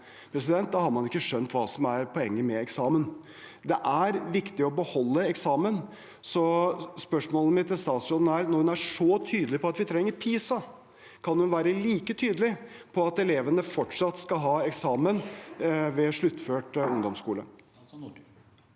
Da har man ikke skjønt hva som er poenget med eksamen. Det er viktig å beholde eksamen. Så spørsmålet mitt til statsråden er: Når hun er så tydelig på at vi trenger PISA, kan hun være like tydelig på at elevene fortsatt skal ha eksamen ved sluttført ungdomsskole?